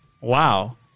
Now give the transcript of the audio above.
wow